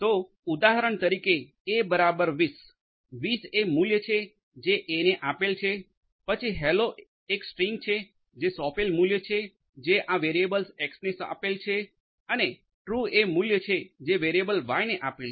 તો ઉદાહરણ તરીકે એ બરાબર 20 20 એ મૂલ્ય છે જે A ને આપેલ છે પછી હેલો એક સ્ટ્રીંગ જે સોંપેલ મૂલ્ય છે જે આ વેરિયેબલ એક્સ ને આપેલ છે અને ટ્રુ એ મૂલ્ય છે જે વેરીએબલ વાય ને આપેલ છે